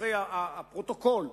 לצורכי הפרוטוקול.